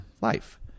life